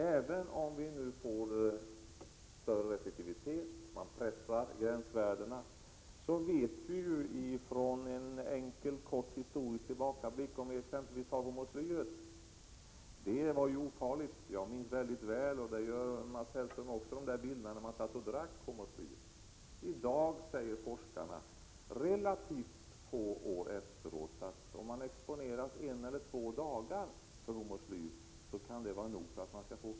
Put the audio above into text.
Även om effektiviteten ökar och gränsvärdena pressas ned, vet vi genom en enkel historisk tillbakablick att t.ex. hormoslyr ansågs vara ofarligt. Jag minns mycket väl — och det gör nog Mats Hellström också — bilderna på dem som drack hormoslyr. I dag säger forskarna, relativt få år efteråt, att den som exponeras en eller två dagar för hormoslyr kan få cancer.